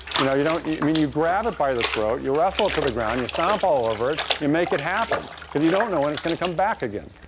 you know you don't you i mean you grab it by the throat, you wrestle it to the ground, you stomp all over it, you make it happen because you don't know when it's going to come back again.